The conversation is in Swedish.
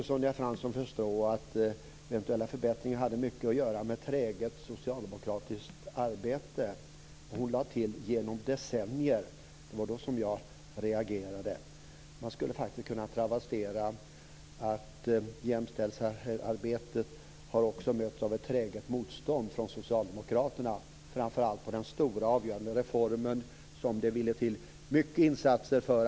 Sonja Fransson lät förstå att eventuella förbättringar har mycket att göra med träget socialdemokratiskt arbete. Hon lade till "genom decennier", och då reagerade jag. Man skulle också kunna säga att jämställdhetsarbetet har mötts av ett träget motstånd från socialdemokraterna, framför allt mot den stora och avgörande reform som har gällt sedan 1980.